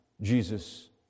Jesus